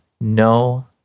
No